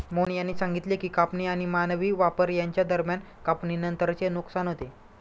मोहन यांनी सांगितले की कापणी आणि मानवी वापर यांच्या दरम्यान कापणीनंतरचे नुकसान होते